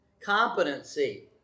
Competency